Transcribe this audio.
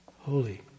Holy